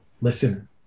listen